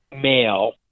male